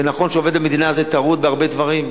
ונכון שעובד המדינה הזה טרוד בהרבה דברים,